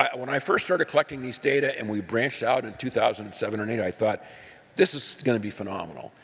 when i first started checking these data and we branched out in two thousand and seven and eight, i thought this is going to be phenomenal.